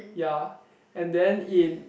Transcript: ya and then in